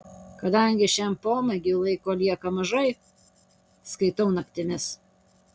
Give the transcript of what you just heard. kadangi šiam pomėgiui laiko lieka mažai skaitau naktimis